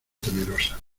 temerosa